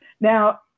Now